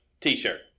t-shirt